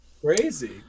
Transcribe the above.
Crazy